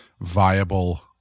viable